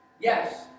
Yes